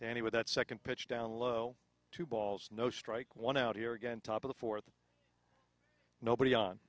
danny with that second pitch down low two balls no strike one out here again top of the fourth nobody on